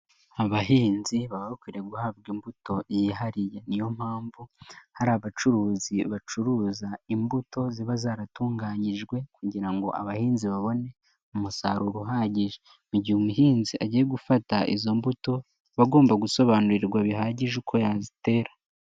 Abahinzi baba bakwiriye guhabwa imbuto yihariye. Ni yo mpamvu, hari abacuruzi bacuruza imbuto ziba zaratunganyijwe kugira ngo abahinzi babone umusaruro uhagije. Mu gihe umuhinzi agiye gufata izo mbuto, aba agomba gusobanurirwa bihagije uko yazitera.